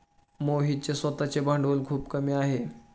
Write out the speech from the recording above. मोहितचे स्वतःचे भांडवल खूप कमी आहे